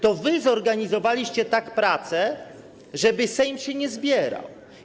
To wy zorganizowaliście tak pracę, żeby Sejm się nie zbierał.